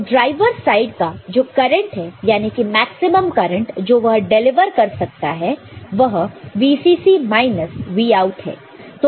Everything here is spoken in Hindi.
तो ड्राइवर साइड का जो करंट है यानी कि मैक्सिमम करंट जो वह डिलीवर कर सकता है वह VCC माइनस Vout है